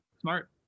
Smart